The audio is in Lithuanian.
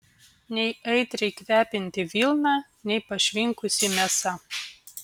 nei aitriai kvepianti vilna nei pašvinkusi mėsa